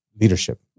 leadership